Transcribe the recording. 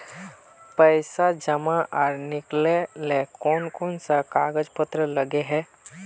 पैसा जमा आर निकाले ला कोन कोन सा कागज पत्र लगे है?